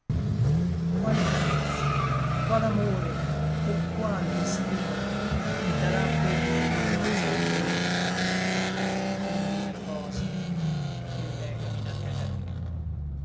qual gratia qual amore o qual destino mi darà penne in guisa di colomba ch'i mi riposi et levimi da terra